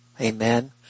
Amen